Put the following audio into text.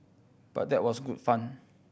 but that was good fun